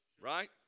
Right